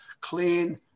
clean